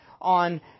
on